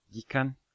Gikan